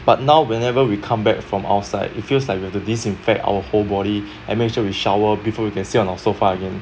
but now whenever we come back from outside it feels like we have to disinfect our whole body and make sure we shower before we can sit on our sofa again